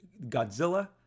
Godzilla